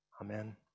Amen